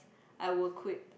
I will quit